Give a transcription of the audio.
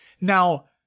Now